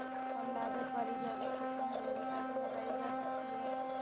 कम लागत वाली जैविक खेती में भिंडी कैसे लगाई जा सकती है?